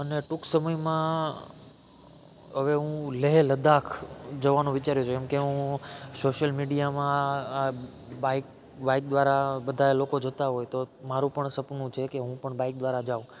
અને ટૂંક સમયમાં હવે હું લેહ લદ્દાખ જવાનું વિચાર્યું છે કેમકે હું સોશિયલ મીડિયામાં બાઇક બાઇક દ્વારા બધાં લોકો જતાં હોય તો મારું પણ સપનું છે કે હું પણ બાઇક દ્વારા જાઉં